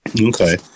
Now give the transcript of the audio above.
Okay